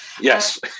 Yes